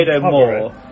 more